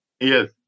Yes